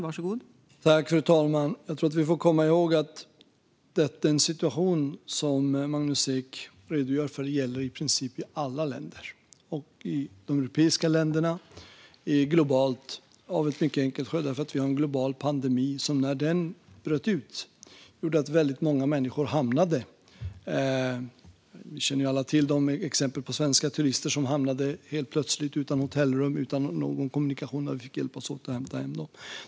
Fru talman! Jag tror att vi får komma ihåg att den situation som Magnus Ek redogör för gäller i princip i alla länder, i Europa och globalt, av ett mycket enkelt skäl: att vi har en global pandemi. När pandemin bröt ut gjorde den att väldigt många människor hamnade i svåra situationer. Vi känner ju alla till exemplen på svenska turister som helt plötsligt blev utan hotellrum och saknade möjligheter till kommunikation. Vi fick hjälpas åt att hämta hem dem.